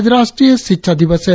आज राष्ट्रीय शिक्षा दिवस है